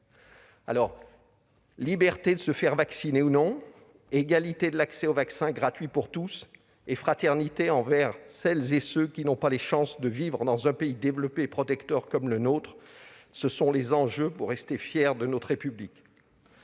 ? Liberté de se faire vacciner ou non, égalité de l'accès au vaccin gratuit pour tous et fraternité envers celles et ceux qui n'ont pas la chance de vivre dans un pays développé et protecteur comme le nôtre : voilà les enjeux à considérer pour rester fiers de notre République.